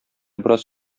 бераз